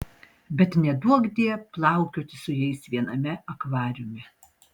bet neduokdie plaukioti su jais viename akvariume